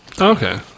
Okay